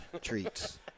treats